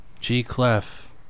G-Clef